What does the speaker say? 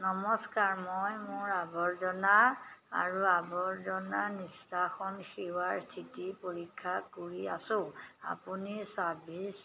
নমস্কাৰ মই মোৰ আৱৰ্জনা আৰু আৱৰ্জনা নিষ্কাশন সেৱাৰ স্থিতি পৰীক্ষা কৰি আছোঁ আপুনি ছাৰ্ভিচ